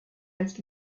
als